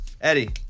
Eddie